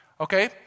Okay